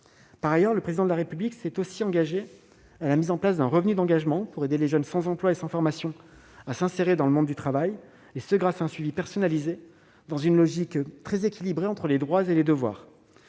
Par ailleurs, le Président de la République s'est aussi prononcé pour la mise en place d'un revenu d'engagement, pour aider les jeunes sans emploi et sans formation à s'insérer dans le monde du travail, et ce grâce à un suivi personnalisé, dans une logique très équilibrée entre les droits et les devoirs.